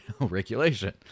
regulation